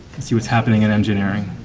see what's happening in engineering.